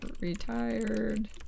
Retired